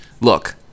Look